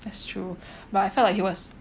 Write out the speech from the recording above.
that's true but I felt like he was